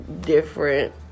different